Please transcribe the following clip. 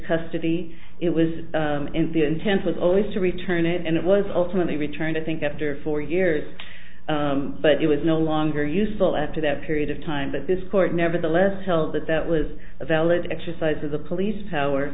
custody it was the intent was always to return it and it was ultimately returned i think after four years but it was no longer useful after that period of time but this court nevertheless felt that that was a valid exercise of the police power